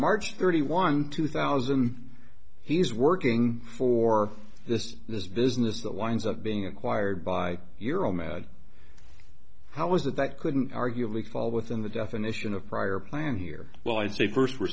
march thirty one two thousand he's working for this this business that winds up being acquired by your own mad how was it that couldn't arguably fall within the definition of prior plan here well i'd say first we're